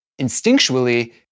instinctually